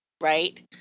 right